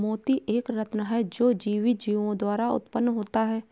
मोती एक रत्न है जो जीवित जीवों द्वारा उत्पन्न होता है